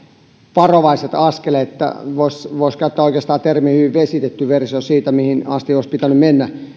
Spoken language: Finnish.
varovaiset askelet voisi käyttää oikeastaan termiä hyvin vesitetty versio siitä mihin asti olisi pitänyt mennä